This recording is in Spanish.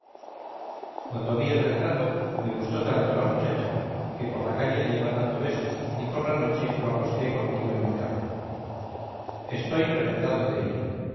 cuando vi el retrato me gustó tanto la muchacha que por la calle le iba dando besos y por la noche lo acosté conmigo en mi cama estoy prendado de ella